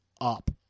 up